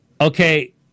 okay